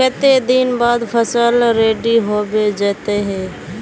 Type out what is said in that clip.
केते दिन बाद फसल रेडी होबे जयते है?